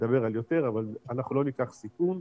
מדבר על יותר, אבל אנחנו לא ניקח סיכון,